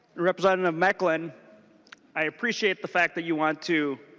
representative mekeland i appreciate the fact that you want to